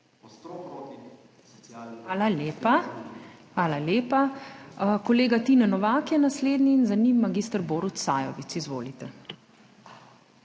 ZUPANČIČ:** Hvala lepa. Kolega Tine Novak je naslednji, za njim mag. Borut Sajovic. Izvolite.